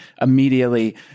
immediately